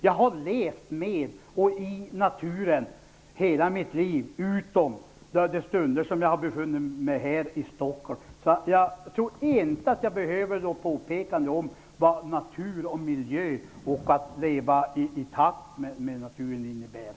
Jag har levt med och i naturen hela mitt liv utom de stunder då jag har befunnit mig här i Stockholm, så jag tror inte att jag behöver något påpekande om vad det innebär att leva i samklang med naturen.